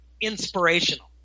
inspirational